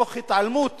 תוך התעלמות